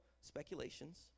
speculations